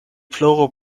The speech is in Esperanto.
ploru